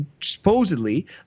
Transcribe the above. supposedly